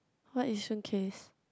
what Yishun case